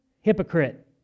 hypocrite